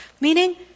Meaning